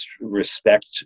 respect